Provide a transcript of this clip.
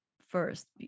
first